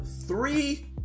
three